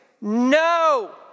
No